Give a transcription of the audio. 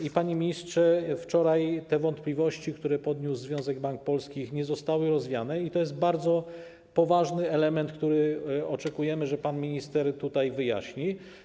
I, panie ministrze, wczoraj te wątpliwości, które podniósł Związek Banków Polskich, nie zostały rozwiane i to jest bardzo poważny element, który oczekujemy, że pan minister tutaj wyjaśni.